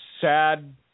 sad